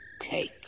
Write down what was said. take